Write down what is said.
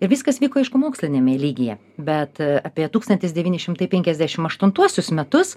ir viskas vyko aišku moksliniame lygyje bet apie tūkstantis devyni šimtai penkiasdešim aštuntuosius metus